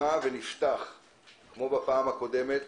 כמו בפעם הקודמת,